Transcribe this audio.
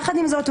יחד עם זאת,